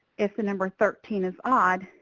if the number thirteen is odd,